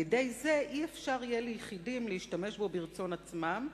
על-ידי זה אי-אפשר יהיה ליחידים להשתמש בו ברצון עצמם,